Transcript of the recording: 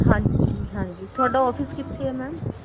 ਹਾਂਜੀ ਹਾਂਜੀ ਤੁਹਾਡਾ ਓਫਿਸ ਕਿੱਥੇ ਹੈ ਮੈਮ